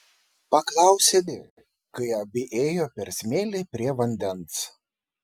paklausė di kai abi ėjo per smėlį prie vandens